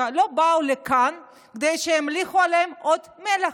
לא באו לכאן כדי שימליכו עליהם עוד מלך.